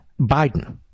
Biden